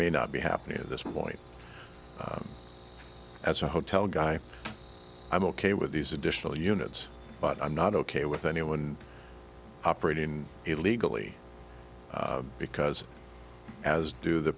may not be happening at this point as a hotel guy i'm ok with these additional units but i'm not ok with anyone operating illegally because as do the